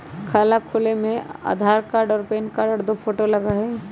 खाता खोले में आधार कार्ड और पेन कार्ड और दो फोटो लगहई?